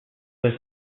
was